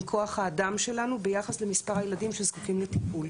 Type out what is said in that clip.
כוח האדם שלנו ביחס למספר הילדים שזקוקים לטיפול.